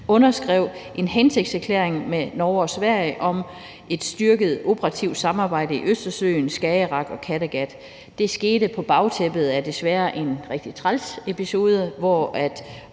underskrev en hensigtserklæring med Norge og Sverige om et styrket operativt samarbejde i Østersøen, Skagerrak og Kattegat. Det skete desværre på bagtæppet af en rigtig træls episode med